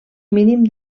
mínim